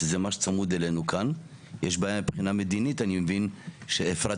בצורה נכונה ולא להתבייש לומר את האמת